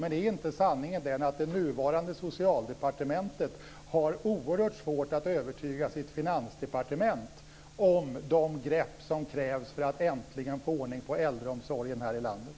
Men är inte sanningen den att det nuvarande Socialdepartementet har oerhört svårt att övertyga Finansdepartementet om de grepp som krävs för att äntligen få ordning på äldreomsorgen här i landet?